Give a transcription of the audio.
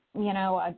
you know,